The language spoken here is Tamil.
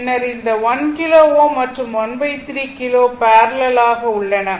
பின்னர் இந்த 1 கிலோ மற்றும் ⅓ கிலோ பேரலல் ஆக உள்ளன